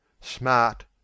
Smart